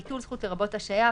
"ביטול זכות" לרבות השעיה,